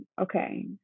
Okay